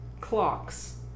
clocks